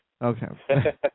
Okay